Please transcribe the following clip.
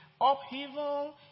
upheaval